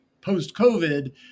post-COVID